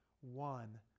one